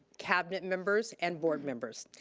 cabinet members and board members.